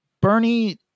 Bernie